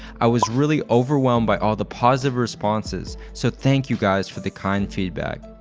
i was really overwhelmed by all the positive responses. so, thank you, guys, for the kind feedback.